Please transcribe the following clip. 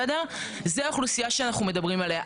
זו אוכלוסייה שאנחנו מדברים עליה.